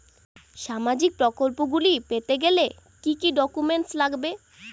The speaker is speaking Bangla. সামাজিক প্রকল্পগুলি পেতে গেলে কি কি ডকুমেন্টস লাগবে?